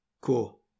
cool